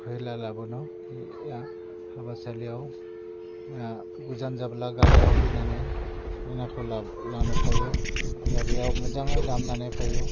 खैना लाबोनो हाबासालियाव गोजान जाब्ला गारियाव फैनानै खैनाखौ लांनो फैयो बेयाव मोजाङै दामनानै फैयो